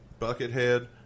Buckethead